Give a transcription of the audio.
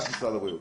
רק משרד הבריאות.